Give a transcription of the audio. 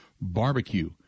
Barbecue